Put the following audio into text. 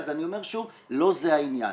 אני אומר שוב, לא זה העניין.